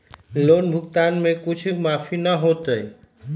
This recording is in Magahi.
लोन भुगतान में कुछ माफी न होतई?